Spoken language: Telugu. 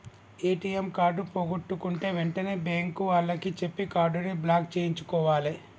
ఏ.టి.యం కార్డు పోగొట్టుకుంటే వెంటనే బ్యేంకు వాళ్లకి చెప్పి కార్డుని బ్లాక్ చేయించుకోవాలే